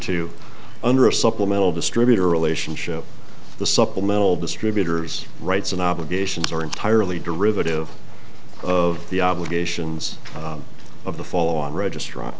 to under a supplemental distributor relationship the supplemental distributors rights and obligations are entirely derivative of the obligations of the follow on regist